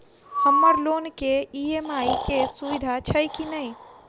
हम्मर लोन केँ ई.एम.आई केँ सुविधा छैय की नै?